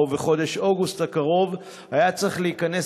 ובחודש אוגוסט הקרוב היה צריך להיכנס